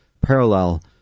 parallel